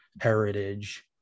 heritage